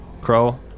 Crow